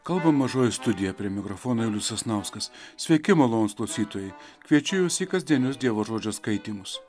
kalba mažoji studija prie mikrofono julius sasnauskas sveiki malonūs klausytojai kviečiu jus į kasdienius dievo žodžio skaitymus